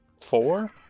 four